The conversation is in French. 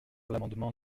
l’amendement